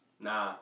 Nah